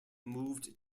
moved